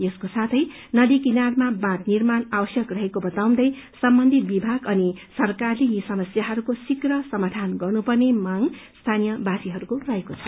यसको साथै नदी किनारमा बाँच निर्माण आवश्यक रहेको बताउँदै सम्बन्धित विभाग अनि सरकारले यी समस्याहरूको शीप्र समाधान गर्नुपर्ने माग स्थानीय वासीहरूको रहेको छ